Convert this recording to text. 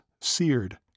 seared